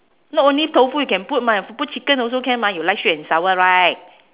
not only tofu you can put mah you put chicken also can mah you like sweet and sour right